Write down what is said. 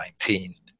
2019